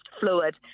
fluid